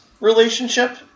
relationship